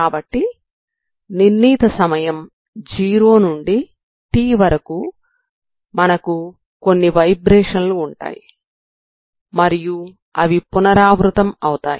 కాబట్టి నిర్ణీత సమయం 0 నుండి t వరకు మనకు కొన్ని వైబ్రేషన్ లు ఉంటాయి మరియు అవి పునరావృతం అవుతాయి